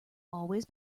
always